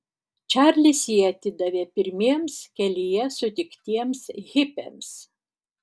čarlis jį atidavė pirmiems kelyje sutiktiems hipiams